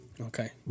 okay